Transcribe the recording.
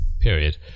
period